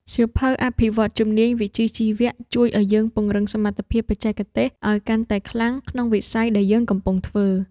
សៀវភៅអភិវឌ្ឍជំនាញវិជ្ជាជីវៈ ជួយឱ្យយើងពង្រឹងសមត្ថភាពបច្ចេកទេសឱ្យកាន់តែខ្លាំងក្នុងវិស័យដែលយើងកំពុងធ្វើ។